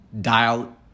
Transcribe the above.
dial